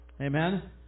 Amen